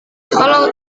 kalau